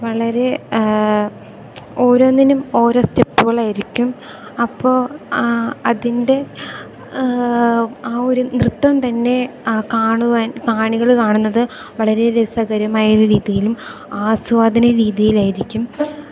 വളരെ ഓരോന്നിനും ഓരോ സ്റ്റെപ്പുകളായിരിക്കും അപ്പോ അതിൻ്റെ ആ ഒര് നൃത്തം തന്നെ കാണുവാൻ കാണികള് കാണുന്നത് വളരെ രസകരമായ ഒര് രീതിയിലും ആസ്വാദന രീതിയിലായിരിക്കും